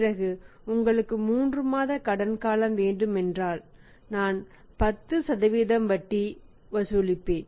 பிறகு உங்களுக்கு 3 மாத கடன் காலம் வேண்டுமென்றால் நான் 10 வட்டி வசூலிப்பேன்